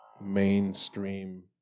mainstream